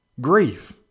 grief